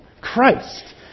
Christ